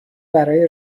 برای